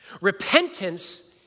Repentance